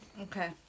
Okay